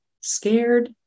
scared